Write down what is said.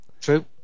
true